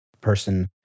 person